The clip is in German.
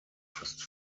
fast